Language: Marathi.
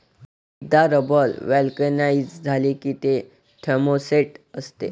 एकदा रबर व्हल्कनाइझ झाले की ते थर्मोसेट असते